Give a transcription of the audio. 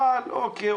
אבל אוקיי,